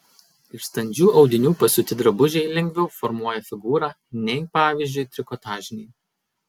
iš standžių audinių pasiūti drabužiai lengviau formuoja figūrą nei pavyzdžiui trikotažiniai